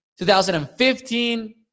2015